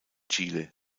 chile